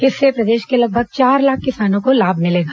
इससे प्रदेश के लगभग चार लाख किसानों को लाभ मिलेगा